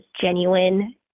genuine